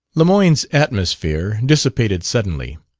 lemoyne's atmosphere dissipated suddenly.